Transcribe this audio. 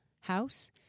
house